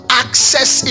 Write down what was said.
access